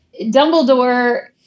Dumbledore